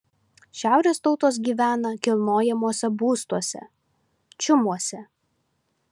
šiaurės tautos gyvena kilnojamuose būstuose čiumuose